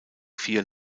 vier